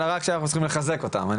אלא רק שצריך לחזק אותם.